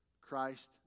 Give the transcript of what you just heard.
Christ